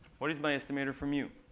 what is my estimator for mu?